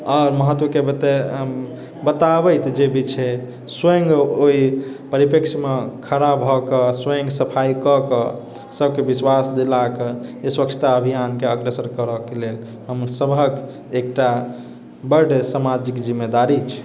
आओर महत्वके बता बताबैत जेभी छै स्वयं ओहि परिप्रेक्ष्यमे खड़ा भए कऽ स्वयं सफाइ कऽकऽ सभकेँ विश्वास दिलाकऽ एहि स्वच्छता अभियानके अग्रसर करऽके लेल हम सभहक एकटा बड सामाजिक जिम्मेदारी छै